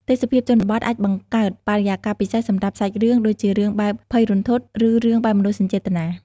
ទេសភាពជនបទអាចបង្កើតបរិយាកាសពិសេសសម្រាប់សាច់រឿង ដូចជារឿងបែបភ័យរន្ធត់ ឬរឿងបែបមនោសញ្ចេតនា។